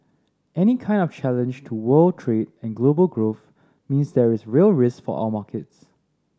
any kind of challenge to world trade and global growth means there is real risk for our markets